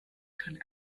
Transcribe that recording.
kann